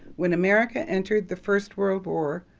when america entered the first world war,